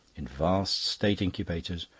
in vast state incubators,